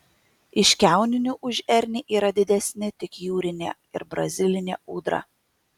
iš kiauninių už ernį yra didesni tik jūrinė ir brazilinė ūdra